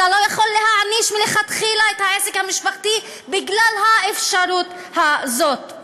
אתה לא יכול להעניש מלכתחילה עסק משפחתי בגלל האפשרות הזאת.